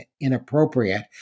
inappropriate